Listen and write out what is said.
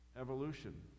evolution